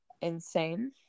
insane